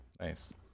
Nice